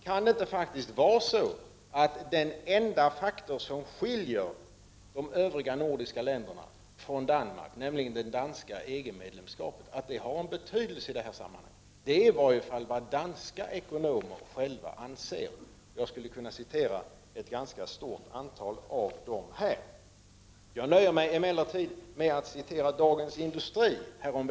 Kan det inte vara så, att den enda faktor som skiljer de övriga nordiska länderna från Danmark, nämligen det danska EG-medlemskapet, har en betydelse i detta sammanhang? Det är i varje fall vad danska ekonomer själva anser. Jag skulle kunna citera ett ganska stort antal av dessa ekonomer. Jag nöjer mig emellertid med att återge vad Dagens Industri skrev häromveckan.